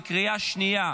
בקריאה השנייה.